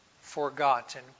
forgotten